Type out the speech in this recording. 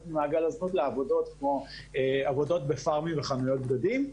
ממעגל הזנות לעבודות כמו עבודות בפארמים ובחניות בגדים.